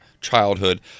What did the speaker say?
childhood